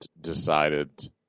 decided